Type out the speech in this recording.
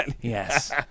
Yes